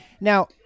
now